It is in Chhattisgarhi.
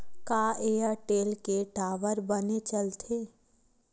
का एयरटेल के टावर बने चलथे?